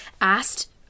asked